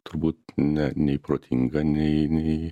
turbūt ne nei protinga nei nei